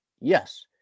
Yes